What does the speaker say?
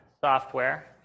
software